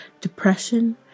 depression